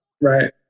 Right